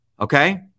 Okay